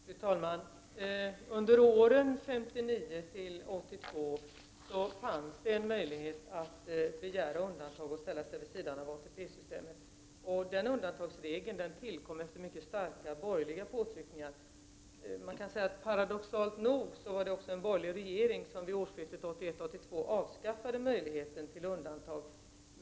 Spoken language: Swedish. Fru talman! Under åren 1959-1982 fanns en möjlighet att begära undantagande och ställa sig vid sidan av ATP-systemet. Denna undantagsregel tillkom efter mycket starka borgerliga påtryckningar. Paradoxalt nog var det också en borgerlig regering som vid årsskiftet 1981-1982 avskaffade möjligheten till undantag.